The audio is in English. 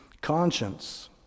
conscience